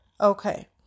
Okay